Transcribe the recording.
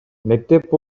мектеп